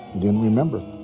didn't remember.